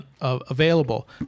available